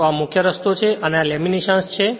તો આ મુખ્ય રસ્તો છે અને આ લેમિનેશન છે